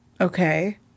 Okay